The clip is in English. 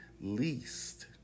least